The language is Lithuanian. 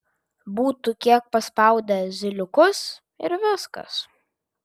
būtų kiek paspaudę zyliukus ir viskas